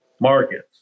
markets